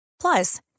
Plus